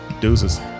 Deuces